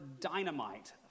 dynamite